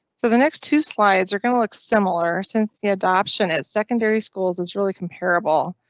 so the next two slides are going to look similar. since the adoption is secondary. schools is really compareable.